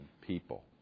people